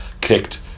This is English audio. kicked